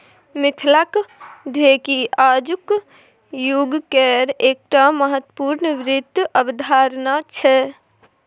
मिथिलाक ढेकी आजुक युगकेर एकटा महत्वपूर्ण वित्त अवधारणा छै